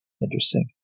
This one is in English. Interesting